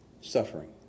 Suffering